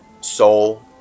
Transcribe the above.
soul